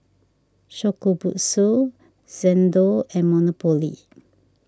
Shokubutsu Xndo and Monopoly